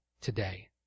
today